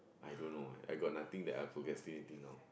I don't know leh I got nothing that I procrastinating now